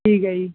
ਠੀਕ ਹੈ ਜੀ